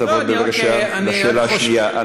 תעבור בבקשה לשאלה השנייה.